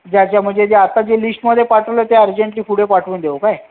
म्हणजे अच्छा म्हणजे जी आता जी लिस्टमध्ये पाठवलं ते अर्जेंटली पुढे पाठवून देऊ काय